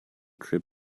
trip